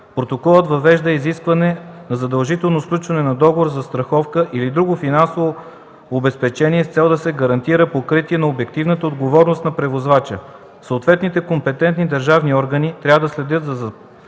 Протоколът въвежда изискване за задължително сключване на договор за застраховка или друго финансово обезпечение с цел да се гарантира покритие на обективната отговорност на превозвача. Съответни компетентни държавни органи трябва да следят за спазването